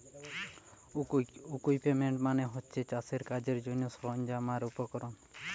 equipment মানে হচ্ছে চাষের কাজের জন্যে সরঞ্জাম আর উপকরণ